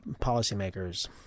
policymakers